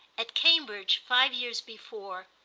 at cambridge, five years before,